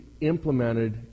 implemented